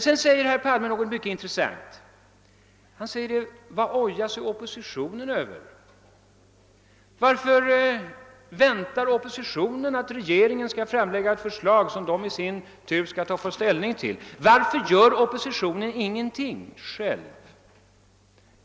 Sedan säger herr Palme något mycket intressant: Vad ojar sig oppositionen över? Varför väntar oppositionen att regeringen skall framlägga förslag, som den i sin tur kan ta ställning till? Varför gör oppositionen ingenting själv?